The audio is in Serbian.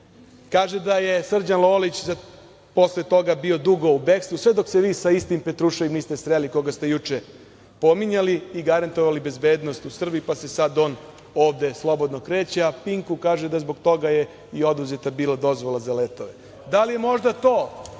da je Srđan Lolić posle toga bio dugo u bekstvu sve dok se vi sa istim Petruševim niste sreli, koga ste juče pominjali i garantovali bezbednost u Srbiji, pa se sada on ovde slobodno kreće, a „Pinku“ kaže da zbog toga je i oduzeta bila dozvola za letove. Da li je možda to